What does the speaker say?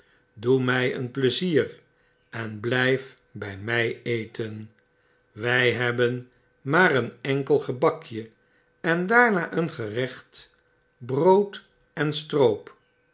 doe mg een pleizier en blijf bg mg eten wy hebben maar een enkel gebakje en daarna een gerecht brood en stroop